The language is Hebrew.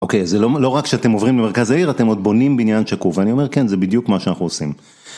אוקיי, זה לא רק כשאתם עוברים למרכז העיר, אתם עוד בונים בניין שקוף, ואני אומר כן, זה בדיוק מה שאנחנו עושים.